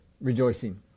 rejoicing